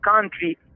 country